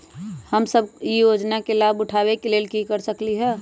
हम सब ई योजना के लाभ उठावे के लेल की कर सकलि ह?